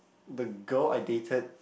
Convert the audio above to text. the girl I dated